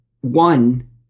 One